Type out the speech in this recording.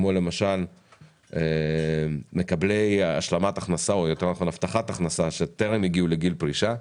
כמו מקבלי השלמת הכנסה או הבטחת הכנסה שטרם הגיעו לגיל פרישה.